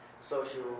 social